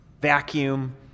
vacuum